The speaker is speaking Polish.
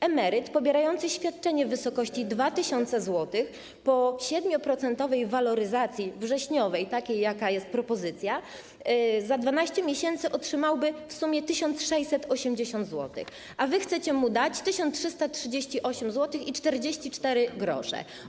Emeryt pobierający świadczenie w wysokości 2000 zł po 7-procentowej waloryzacji wrześniowej, takiej, jakiej dotyczy propozycja, za 12 miesięcy otrzymałby w sumie 1680 zł, a wy chcecie mu dać 1338,44 zł.